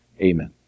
Amen